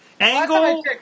angle